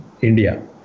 India